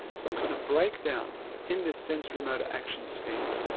some kind of breakdown in this sensory motor action schema.